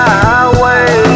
highway